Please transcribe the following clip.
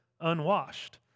unwashed